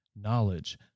knowledge